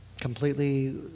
completely